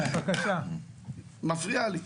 את מפריעה לי.